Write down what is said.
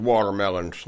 Watermelon